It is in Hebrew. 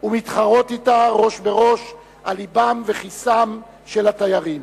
ומתחרות אתה ראש בראש על לבם וכיסם של התיירים.